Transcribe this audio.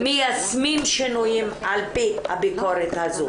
מיישמים שינויים על פי הביקורת הזו.